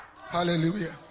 Hallelujah